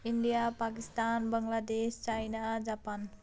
India Pakistan Bangladesh China Japan